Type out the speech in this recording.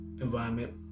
environment